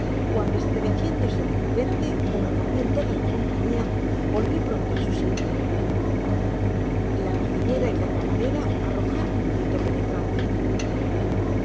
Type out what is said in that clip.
cuando estremeciéndose de repente como tambien toda la compañia volvió pronto á su sitio la cocinera y la camarera arrojaron un grito penetrante